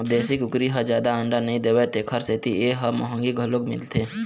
देशी कुकरी ह जादा अंडा नइ देवय तेखर सेती ए ह मंहगी घलोक मिलथे